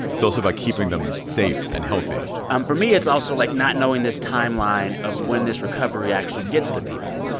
it's also about keeping them safe and healthy and um for me, it's also, like, not knowing this timeline of when this recovery actually gets to people.